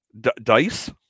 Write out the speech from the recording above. Dice